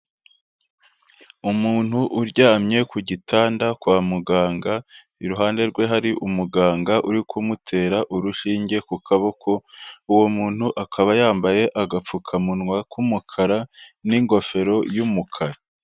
Umuntu uryamye ku gitanda kwa muganga, iruhande rwe hari umuganga uri kumutera urushinge ku kaboko, uwo muntu akaba yambaye agapfukamunwa k'umukara n'ingofero y'umukara.